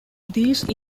these